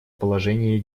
положении